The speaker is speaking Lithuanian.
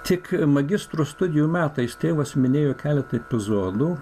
tik magistro studijų metais tėvas minėjo keletą epizodų